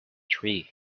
tree